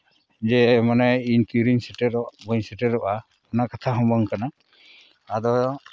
ᱡᱮ ᱢᱟᱱᱮ ᱤᱧ ᱛᱤᱨᱤᱧ ᱥᱮᱴᱮᱨᱚᱜ ᱵᱟᱹᱧ ᱥᱮᱴᱮᱨᱚᱜᱼᱟ ᱚᱱᱟ ᱠᱟᱛᱷᱟ ᱦᱚᱸ ᱵᱟᱝ ᱠᱟᱱᱟ ᱟᱫᱚ